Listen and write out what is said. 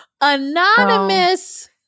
Anonymous